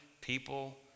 people